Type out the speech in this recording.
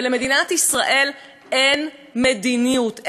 ולמדינת ישראל אין מדיניות,